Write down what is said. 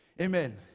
Amen